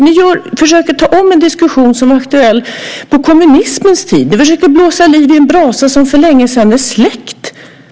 Ni försöker ta om en diskussion som var aktuell på kommunismens tid. Ni försöker blåsa liv i en brasa som för länge sedan är släckt.